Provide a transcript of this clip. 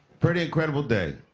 pretty incredible day.